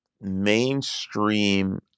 mainstream